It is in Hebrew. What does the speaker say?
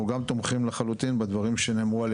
אנחנו גם תומכים לחלוטין בדברים שנאמרו על